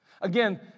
Again